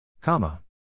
Comma